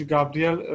Gabriel